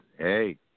Hey